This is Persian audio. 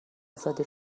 آزادی